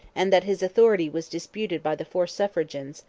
and that his authority was disputed by the four suffragans,